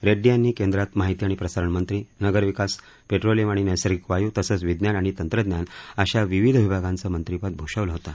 रेड्डी यांनी केंद्रात माहिती आणि प्रसारणमंत्री नगरविकास पेट्रोलियम आणि नैसर्गिक वायू तसंच विज्ञान आणि तंत्रज्ञान अशा विविध विभागांचं मंत्रीपद भूषवलं होतं